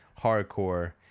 Hardcore